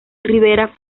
rivera